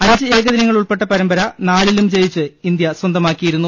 അഞ്ച് ഏകദിനങ്ങൾ ഉൾപ്പെട്ട പരമ്പ നാലിലും ജയിച്ച് ഇന്ത്യ സ്വന്തമാക്കിയിരുന്നു